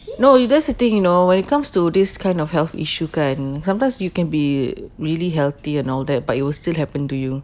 no you that's the thing you know when it comes to this kind of health issue kan sometimes you can be really healthy and all that but it will still happen to you